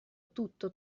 tutto